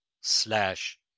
slash